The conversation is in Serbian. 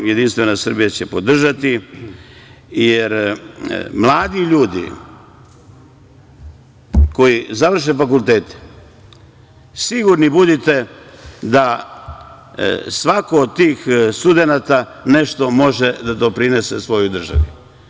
Jedinstvena Srbija će ih podržati, jer mladi ljudi koji završe fakultete, sigurni budite da svaki od tih studenata nešto može da doprinese svojoj državi.